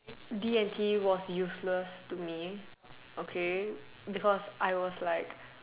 D and T was useless to me okay because I was like